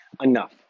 enough